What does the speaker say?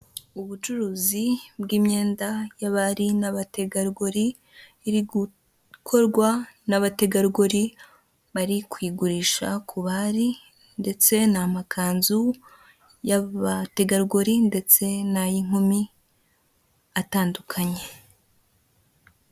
Ubucuruzi bw'imyenda y'abari n'abategarugori iri gukorwa n'abategarugori bari kuyigurisha ku bari ndetse ni amakanzu y'abategarugori ndetse n'ay'inkumi atandukanye.